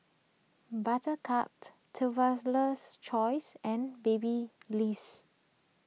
Buttercup Traveler's Choice and Babyliss